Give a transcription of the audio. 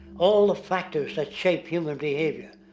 all the factors that shape human behavior.